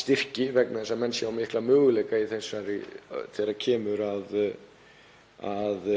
styrki vegna þess að menn sjá mikla möguleika þegar kemur að